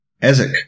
Ezek